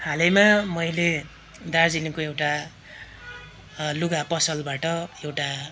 हालैमा मैले दार्जिलिङको एउटा लुगा पसलबाट एउटा